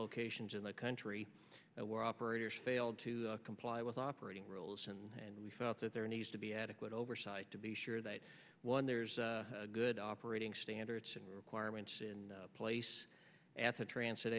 locations in the country where operators failed to comply with operating rules and we felt that there needs to be adequate oversight to be sure that one there's a good operating standard requirements in place at the transferred